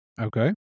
okay